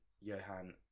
Johan